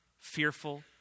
fearful